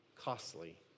costly